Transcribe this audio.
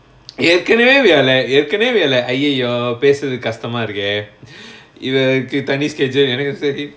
ஏற்கனவே:erkanavae we are like ஏற்கனவே:erkanavae we are like !aiyo! பேசுறதுகு கஷ்டமா இருக்கே இவனுக்கு தனி:pesurathukku kashtamaa irukae ivanukku thaai sketch uh எனக்கு சரி:enakku sari